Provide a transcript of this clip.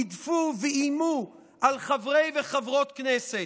גידפו ואיימו על חברי וחברות כנסת.